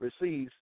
receives